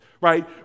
right